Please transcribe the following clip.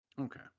Okay